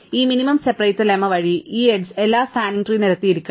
ഈ minimum separator lemma വഴി ഈ എഡ്ജ് എല്ലാ സ്പാനിങ് ട്രീ നിരത്തിയിരിക്കണം